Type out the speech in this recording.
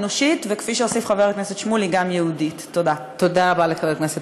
איציק שמולי (המחנה הציוני):